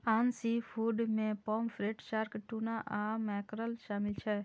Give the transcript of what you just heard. आन सीफूड मे pomfret, shark, tuna आ मैकेरल शामिल छै